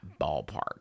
ballpark